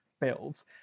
builds